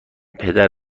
پدر